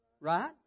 Right